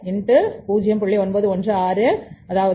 916 1100